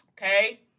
Okay